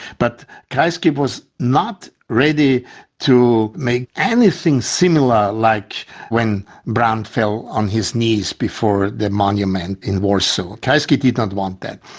but kreisky was not ready to make anything similar like when brandt fell on his knees before the monument in warsaw. kreisky did not want that.